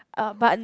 uh but